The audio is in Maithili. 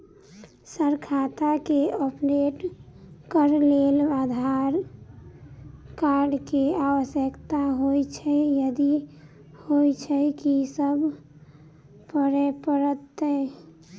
सर खाता केँ अपडेट करऽ लेल आधार कार्ड केँ आवश्यकता होइ छैय यदि होइ छैथ की सब करैपरतैय?